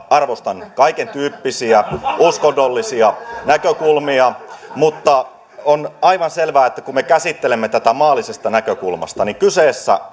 arvostan kaikentyyppisiä uskonnollisia näkökulmia mutta on aivan selvää että kun me käsittelemme tätä maallisesta näkökulmasta niin kyseessä